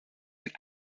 mit